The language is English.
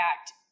Act